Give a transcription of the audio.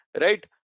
right